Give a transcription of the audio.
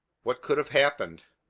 what could have happened?